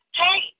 hey